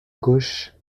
gauche